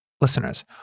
Listeners